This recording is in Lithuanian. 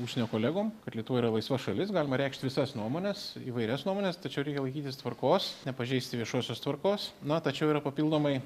užsienio kolegom kad lietuva yra laisva šalis galima reikšti visas nuomones įvairias nuomones tačiau reikia laikytis tvarkos nepažeisti viešosios tvarkos na tačiau yra papildomai